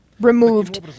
removed